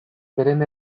beren